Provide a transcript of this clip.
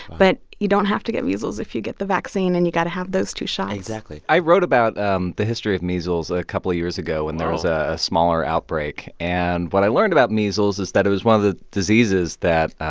but you don't have to get measles if you get the vaccine, and you got to have those two shots exactly i wrote about um the history of measles a couple of years ago when there was a smaller outbreak. and what i learned about measles is that it was one of the diseases that,